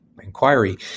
inquiry